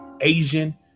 asian